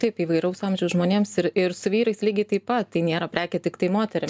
taip įvairaus amžiaus žmonėms ir ir su vyrais lygiai taip pat tai nėra prekė tiktai moterim